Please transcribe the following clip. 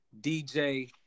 DJ